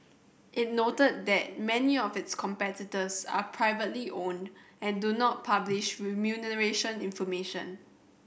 it noted that many of its competitors are privately owned and do not publish remuneration information